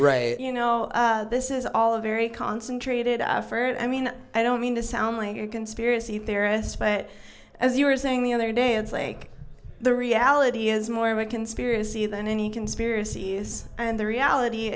you know this is all a very concentrated effort i mean i don't mean to sound like a conspiracy theorist but as you were saying the other day it's like the reality is more of a conspiracy than any conspiracies and the reality